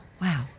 wow